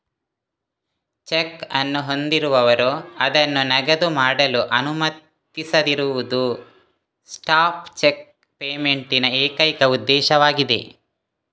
check ಅನ್ನು ಹೊಂದಿರುವವರು ಅದನ್ನು ನಗದು ಮಾಡಲು ಅನುಮತಿಸದಿರುವುದು ಸ್ಟಾಪ್ ಚೆಕ್ ಪೇಮೆಂಟ್ ನ ಏಕೈಕ ಉದ್ದೇಶವಾಗಿದೆ